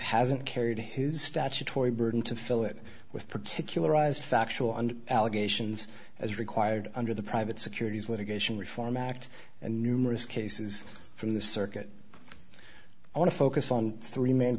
hasn't carried his statutory burden to fill it with particularized factual and allegations as required under the private securities litigation reform act and numerous cases from the circuit i want to focus on three main